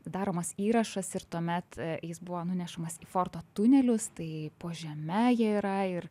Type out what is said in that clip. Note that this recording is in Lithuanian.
daromas įrašas ir tuomet jis buvo nunešamas į forto tunelius tai po žeme jie yra ir